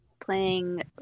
playing